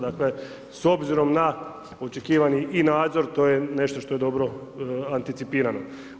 Dakle, s obzirom na očekivani i nadzor to je nešto što je dobro anticipirano.